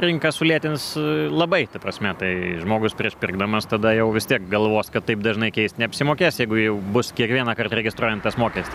rinka sulėtins labai ta prasme tai žmogus prieš pirkdamas tada jau vis tiek galvos kad taip dažnai keist neapsimokės jeigu jau bus kiekvienąkart registruojant tas mokestis